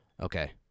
Okay